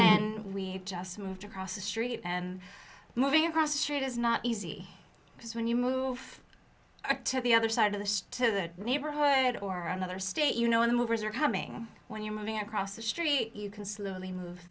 and we just moved across the street and moving across the street is not easy because when you move to the other side of the neighborhood or another state you know the movers are coming when you're moving across the street you can slowly move